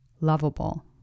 lovable